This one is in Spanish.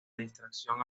distracción